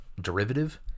derivative